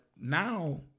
Now